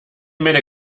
meine